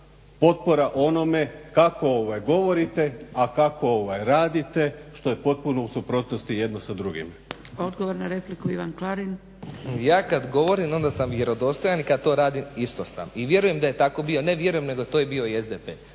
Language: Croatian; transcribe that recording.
potpora onome kako govorite, a kako radite, što je potpuno u suprotnosti jedno sa drugim. **Zgrebec, Dragica (SDP)** Odgovor na repliku, Ivan Klarin. **Klarin, Ivan (SDP)** Ja kad govorim, onda sam vjerodostojan, i kad to radim isto sam, i vjerujem da je tako bio, ne vjerujem, nego je to i bio SDP.